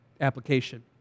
application